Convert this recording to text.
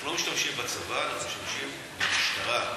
אנחנו לא משתמשים בצבא, אנחנו משתמשים במשטרה.